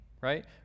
right